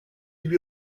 lui